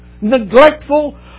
neglectful